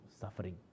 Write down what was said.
suffering